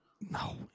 No